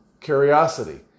curiosity